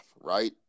right